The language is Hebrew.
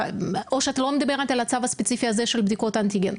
איפה שאת לא מדברת על הצו הספציפי הזה של בדיקות אנטיגן?